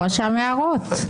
הוא רשם הערות.